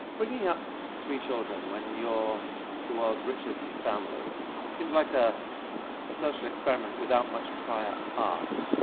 bringing up three children when you're the world's richest family seems like a ah social experiment without much prior art.